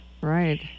right